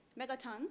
megatons